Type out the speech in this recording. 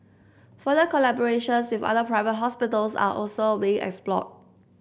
further collaborations with other private hospitals are also being explored